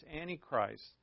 Antichrist